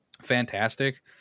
fantastic